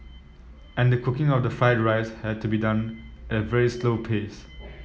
and the cooking of the fried rice has to be done at a very slow pace